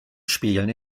spielen